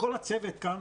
לכל הצוות כאן